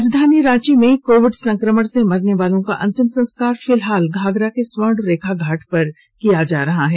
राजधानी रांची में कोविड संक्रमण से मरने वालों का अंतिम संस्कार फिलहाल घाघरा के स्वर्णरेखा घाट पर किया जा रहा है